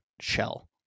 shell